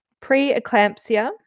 preeclampsia